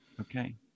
Okay